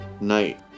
night